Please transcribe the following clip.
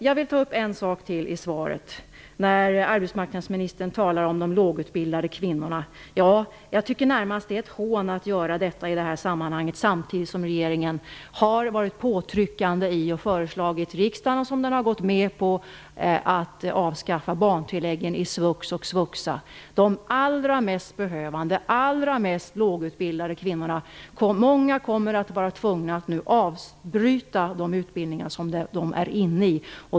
Jag vill ta upp en annan sak i svaret, och det är när arbetsmarknadsministern talar om de lågutbildade kvinnorna. Jag tycker att det är närmast ett hån att göra det i det här sammanhanget, samtidigt som regeringen har varit påtryckande och föreslagit riksdagen - vilket den har gått med på - att avskaffa barntilläggen i svux och svuxa. Många av de allra mest behövande, de allra mest lågutbildade kvinnorna, kommer nu att vara tvungna att avbryta de utbildningar som de har gått in i.